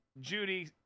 Judy